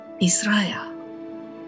Israel